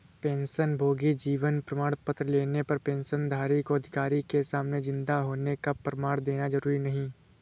पेंशनभोगी जीवन प्रमाण पत्र लेने पर पेंशनधारी को अधिकारी के सामने जिन्दा होने का प्रमाण देना जरुरी नहीं